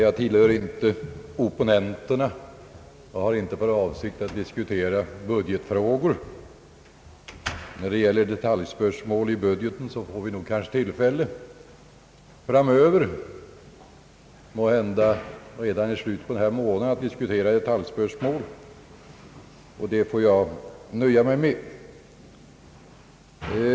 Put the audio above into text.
Jag tillhör inte opponenterna och har inte för avsikt att diskutera budgetfrågor — när det gäller detaljspörsmål i budgeten får vi väl tillfälle att framöver, måhända redan i slutet av den här månaden, diskutera sådana; och det kan jag nöja mig med.